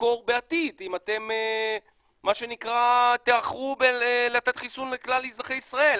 למכור בעתיד אם אתם תאחרו לתת חיסון לכלל אזרחי ישראל.